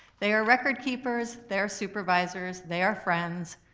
they are record keepers, they are supervisors, they are friends,